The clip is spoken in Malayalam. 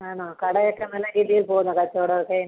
ആണോ കട ഒക്കെ നല്ല രീതിയിൽ പോവുന്നോ കച്ചവടമൊക്കെ